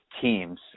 teams